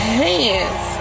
hands